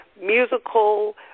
musical